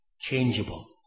Changeable